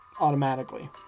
automatically